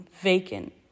vacant